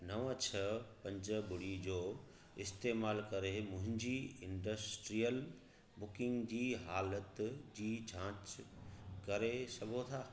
नव छह पंज ॿुड़ी जो इस्तेमाल करे मुंहिंजी इंडस्ट्रियल बुकिंग जी हालति जी जांच करे सघो था